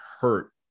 hurt